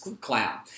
Clown